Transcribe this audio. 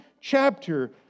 chapter